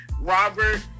Robert